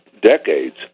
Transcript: decades